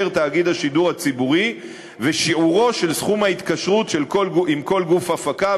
תאגיד השידור הציבורי ושיעורו של סכום ההתקשרות עם כל גוף הפקה,